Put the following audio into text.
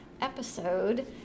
episode